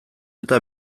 eta